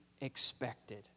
expected